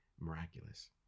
Miraculous